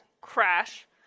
crash